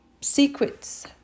secrets